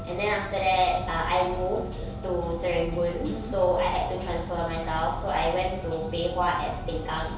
and then after that uh I moved to serangoon so I had to transfer myself so I went to pei hwa at sengkang